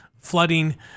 Flooding